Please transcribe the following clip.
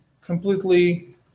completely